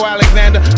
Alexander